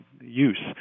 use